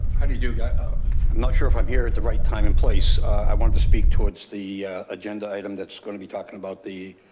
yeah not sure if i'm here at the right time in place. i wanted to speak towards the agenda item that's gonna be talking about the